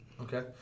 Okay